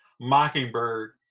Mockingbird